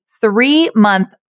three-month